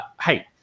Hey